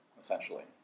essentially